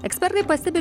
ekspertai pastebi